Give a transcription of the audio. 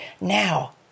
Now